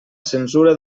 censura